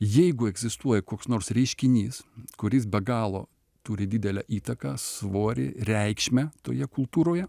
jeigu egzistuoja koks nors reiškinys kuris be galo turi didelę įtaką svorį reikšmę toje kultūroje